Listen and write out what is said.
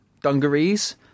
dungarees